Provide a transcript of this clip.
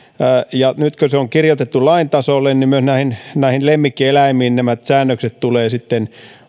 nyt kun se on kirjoitettu lain tasolle myös näihin lemmikkieläimiin nämä säännökset tulevat sitten